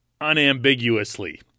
unambiguously